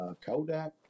Kodak